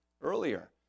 earlier